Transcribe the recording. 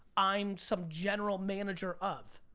i'm some general manager of,